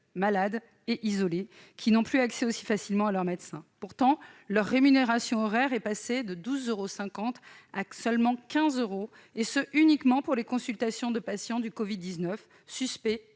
malades et isolées, qui n'ont plus accès aussi facilement à leur médecin. Pourtant, leur rémunération horaire est passée de 12,5 euros à seulement 15 euros, et cela uniquement pour les consultations de patients positifs au Covid-19 ou suspectés